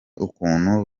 ukuntu